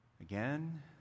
again